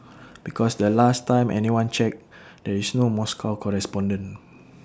because the last time anyone checked there is no Moscow correspondent